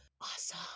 awesome